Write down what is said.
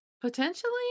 Potentially